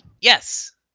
yes